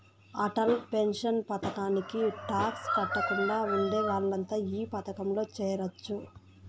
Atal pension పథకానికి tax కట్టకుండా ఉండే వాళ్లంతా ఈ పథకంలో చేరొచ్చు